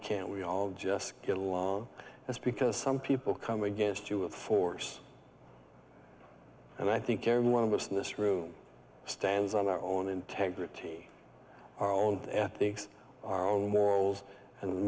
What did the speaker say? can't we all just get along just because some people come against you of force and i think you're one of us in this room stands on our own integrity our own ethics our own morals and